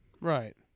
right